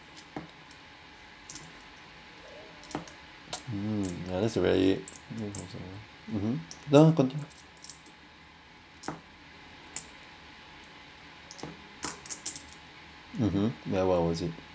um ya that's a very um ya ya continue mmhmm ya what was it